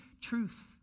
truth